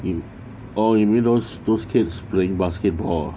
you orh you mean those those kids playing basketball ah